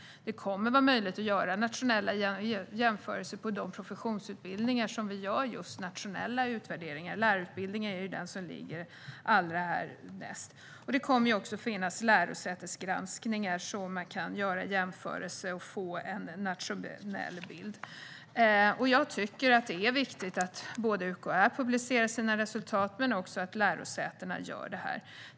Det kommer att vara möjligt att göra nationella jämförelser av de professionsutbildningar där vi gör nationella utvärderingar. Lärarutbildningen är den som ligger allra närmast. Det kommer också att finnas lärosätesgranskningar, så att man kan göra jämförelser och få en nationell bild. Jag tycker att det är viktigt att UKÄ publicerar sina resultat men också att lärosätena gör det här.